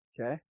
Okay